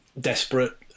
desperate